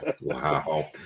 Wow